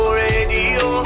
radio